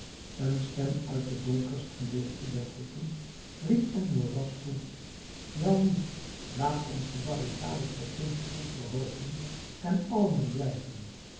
een stem uit het donkerst gedeelte der groepen riep enjolras toe welnu laat ons de barricade tot twintig voet verhoogen en allen er blijven